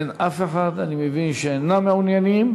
אין אף אחד, אני מבין שלא מעוניינים.